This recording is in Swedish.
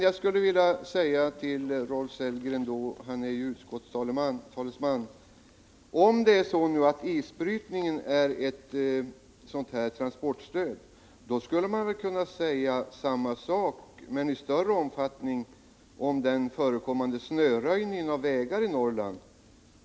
Jag skulle vilja säga till Rolf Sellgren, som är utskottets talesman: Om isbrytning är en form av transportstöd, då skulle väl detsamma gälla — men i större omfattning — om den snöröjning av vägar som förekommer i Norrland.